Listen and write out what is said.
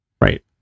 right